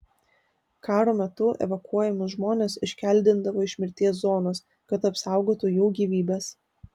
karo metu evakuojamus žmones iškeldindavo iš mirties zonos kad apsaugotų jų gyvybes